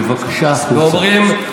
בבקשה החוצה.